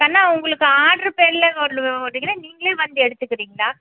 கண்ணா உங்களுக்கு ஆர்டரு பேரில் வரிங்களா நீங்களே வந்து எடுத்துக்கிறிங்களா